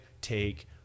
take